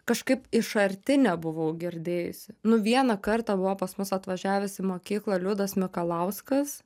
kažkaip iš arti nebuvau girdėjusi nu vieną kartą buvo pas mus atvažiavęs į mokyklą liudas mikalauskas